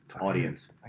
Audience